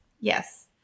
yes